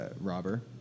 robber